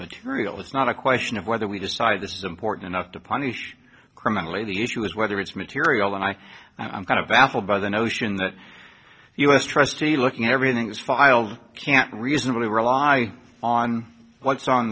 material it's not a question of whether we decide this important enough to punish criminally the issue is whether it's material and i i'm kind of baffled by the notion that us trustee looking everything is filed can't reasonably rely on what's on